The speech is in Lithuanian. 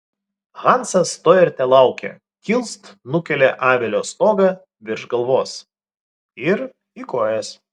hansas to ir telaukė kilst nukėlė avilio stogą virš galvos ir į kojas